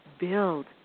build